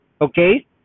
Okay